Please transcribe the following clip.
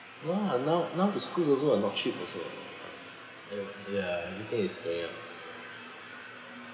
ya now now the schools also are not cheap also ya everything is damn